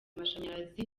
amashanyarazi